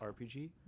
RPG